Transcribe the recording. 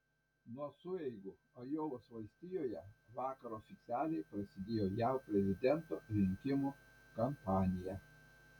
nuo sueigų ajovos valstijoje vakar oficialiai prasidėjo jav prezidento rinkimų kampanija